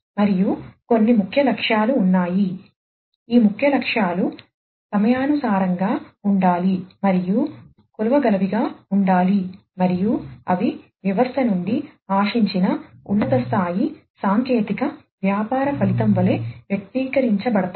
మరియు కొన్ని ముఖ్య లక్ష్యాలు ఉన్నాయి ఈ ముఖ్య లక్ష్యాలు సమయానుసారంగా ఉండాలి మరియు కొలవగలవిగా ఉండాలి మరియు అవి వ్యవస్థ నుండి ఆశించిన ఉన్నత స్థాయి సాంకేతిక వ్యాపార ఫలితం వలె వ్యక్తీకరించబడతాయి